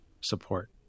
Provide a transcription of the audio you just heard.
support